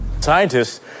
Scientists